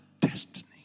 destiny